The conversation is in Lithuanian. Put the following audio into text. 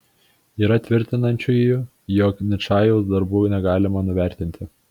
yra tvirtinančiųjų jog ničajaus darbų negalima nuvertinti